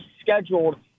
scheduled